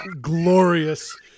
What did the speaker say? glorious